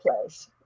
place